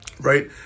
right